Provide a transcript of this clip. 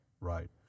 Right